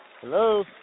Hello